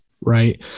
Right